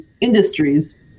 industries